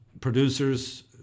producers